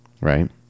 right